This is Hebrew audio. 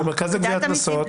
למרכז לגביית קנסות.